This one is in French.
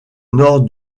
nord